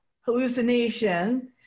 hallucination